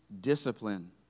discipline